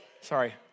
sorry